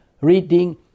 reading